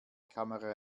kamera